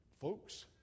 Folks